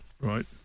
Right